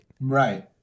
Right